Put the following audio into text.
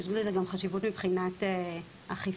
יש לזה גם חשיבות מבחינת אכיפה.